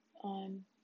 on